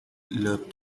love